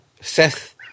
Seth